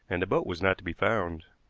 and the boat was not to be found.